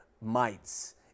mites